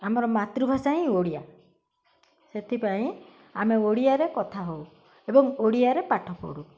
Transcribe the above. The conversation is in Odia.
ଆମର ମାତୃଭାଷା ହିଁ ଓଡ଼ିଆ ସେଥିପାଇଁ ଆମେ ଓଡ଼ିଆରେ କଥା ହେଉ ଏବଂ ଓଡ଼ିଆରେ ପାଠ ପଢ଼ୁ